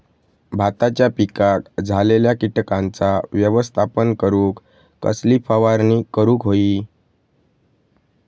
भाताच्या पिकांक झालेल्या किटकांचा व्यवस्थापन करूक कसली फवारणी करूक होई?